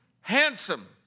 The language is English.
handsome